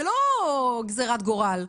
זה לא גזרת גורל.